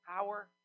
power